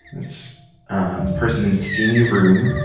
it's person in steamy room,